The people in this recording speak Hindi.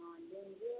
हाँ लेंगे